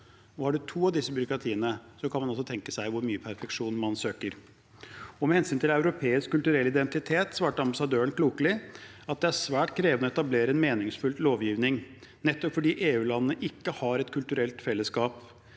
Har man to av disse byråkratiene, kan man også tenke seg hvor mye perfeksjon man søker. Med hensyn til europeisk kulturell identitet svarte ambassadøren klokelig at det er svært krevende å etablere en meningsfull lovgivning, nettopp fordi EUlandene ikke har et kulturelt fellesskap.